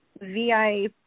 vi